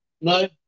No